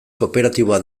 kooperatiboa